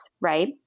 right